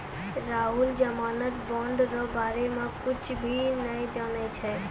राहुल जमानत बॉन्ड रो बारे मे कुच्छ भी नै जानै छै